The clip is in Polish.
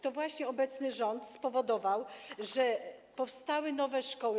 To właśnie obecny rząd spowodował, że powstały nowe szkoły.